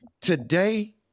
today